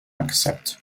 accept